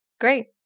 Great